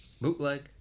Bootleg